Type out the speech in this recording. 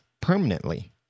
permanently